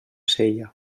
sella